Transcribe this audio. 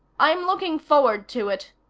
i'm looking forward to it,